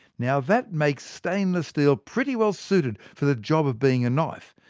now that makes stainless steel pretty well suited for the job of being a knife,